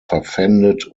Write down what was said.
verpfändet